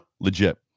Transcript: Legit